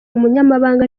umunyamabanga